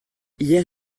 hier